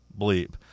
bleep